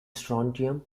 strontium